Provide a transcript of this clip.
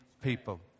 people